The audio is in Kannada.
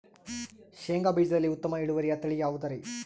ಶೇಂಗಾ ಬೇಜದಲ್ಲಿ ಉತ್ತಮ ಇಳುವರಿಯ ತಳಿ ಯಾವುದುರಿ?